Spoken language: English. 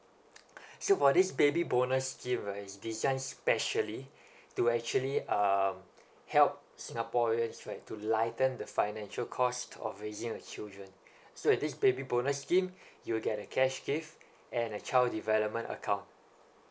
so for this baby bonus gift right it's designed specially to actually um help singaporeans right to lighten the financial cost of raising a children so with this baby bonus scheme you get cash gift and a child development account